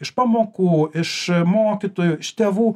iš pamokų iš mokytojų iš tėvų